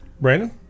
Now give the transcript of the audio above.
Brandon